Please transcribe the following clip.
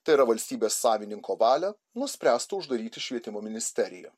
tai yra valstybės savininko valią nuspręstų uždaryti švietimo ministeriją